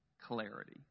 clarity